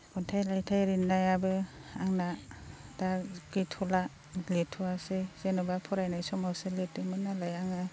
खन्थाइ रायथाय लिरनायाबो आंना दा गैथ'ला गैथ'वासै जेनेबा फरायनाय समावसो लिरदोंमोन नालाय आङो